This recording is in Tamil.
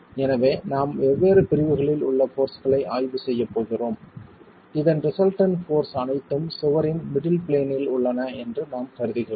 எனவே நாம் வெவ்வேறு பிரிவுகளில் உள்ள போர்ஸ்களை ஆய்வு செய்யப் போகிறோம் இதன் ரிசல்டன்ட் போர்ஸ் அனைத்தும் சுவரின் மிடில் பிளேன் இல் உள்ளன என்று நாம் கருதுகிறோம்